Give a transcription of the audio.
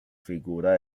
figura